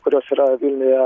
kurios yra vilniuje